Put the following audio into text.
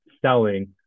selling